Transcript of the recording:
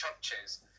churches